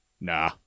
Nah